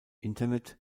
internet